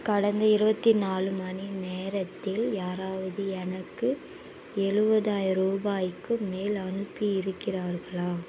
கடந்த இருபத்தி நாலு மணி நேரத்தில் யாராவது எனக்கு எழுவதாயிர ரூபாய்க்கு மேல் அனுப்பி இருக்கிறார்களா